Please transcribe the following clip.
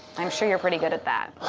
i'm sure you're pretty good at that.